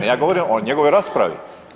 pa ja govorim o njegovoj raspravi.